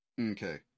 Okay